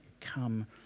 come